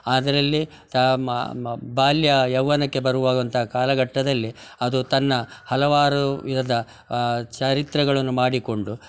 ಅದರಲ್ಲಿ ಬಾಲ್ಯ ಯೌವ್ವನಕ್ಕೆ ಬರುವಂಥ ಕಾಲ ಘಟ್ಟದಲ್ಲಿ ಅದು ತನ್ನ ಹಲವಾರು ವಿಧದ ಚಾರಿತ್ರಗಳನ್ನು ಮಾಡಿಕೊಂಡು